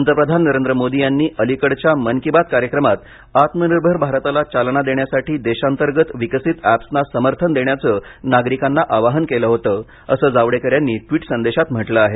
पंतप्रधान नरेंद्र मोदी यांनी अलिकडच्या मन की बात कार्यक्रमात आत्मनिर्भर भारताला चालना देण्यासाठी देशातर्गत विकसित ऍप्सना समर्थन देण्याचं नागरिकांना आवाहन केल होतं असं जावडेकर यांनी ट्विट संदेशात म्हटलं आहे